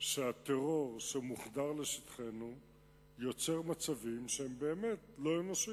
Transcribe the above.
שהטרור שמוחדר לשטחנו יוצר מצבים שהם באמת לא אנושיים,